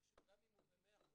גם אם הוא במאה אחוז,